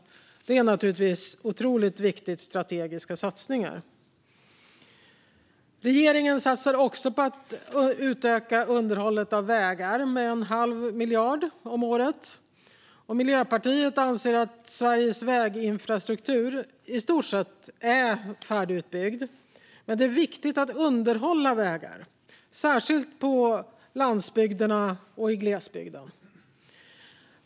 Det är givetvis en mycket viktig strategisk satsning. Regeringen satsar också på att utöka underhållet av vägar med en halv miljard om året. Miljöpartiet anser att Sveriges väginfrastruktur i stort är färdigutbyggd men att det är viktigt att underhålla vägar, särskilt på landsbygd och i glesbygd.